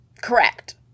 correct